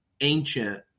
ancient